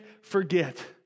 forget